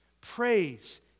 Praise